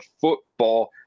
football